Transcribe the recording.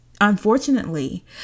Unfortunately